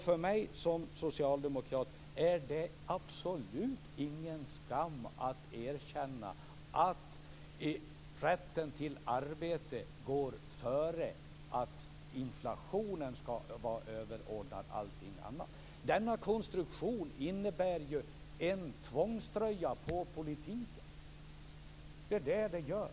För mig som socialdemokrat är det absolut ingen skam att erkänna att rätten till arbete går före detta med att inflationsmålet skall vara överordnat allting annat. Denna konstruktion innebär ju en tvångströja på politiken. Det är det som den gör.